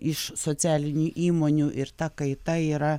iš socialinių įmonių ir ta kaita yra